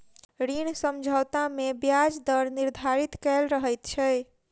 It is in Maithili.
ऋण समझौता मे ब्याज दर निर्धारित कयल रहैत छै